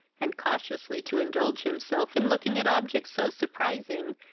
and cautiously to indulge himself in looking at objects so surprising,